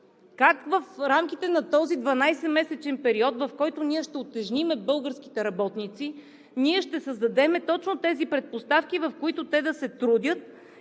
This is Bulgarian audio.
Как в рамките на този 12-месечен период, в който ще утежним българските работници, ние ще създадем точно тези предпоставки, в които те да се трудят,